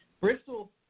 Bristol